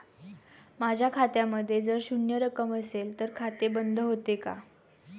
माझ्या खात्यामध्ये जर शून्य रक्कम असेल तर खाते बंद होते का?